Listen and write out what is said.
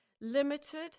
limited